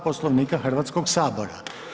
Poslovnika Hrvatskoga sabora.